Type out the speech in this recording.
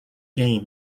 gay